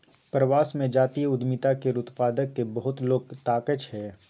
प्रवास मे जातीय उद्यमिता केर उत्पाद केँ बहुत लोक ताकय छै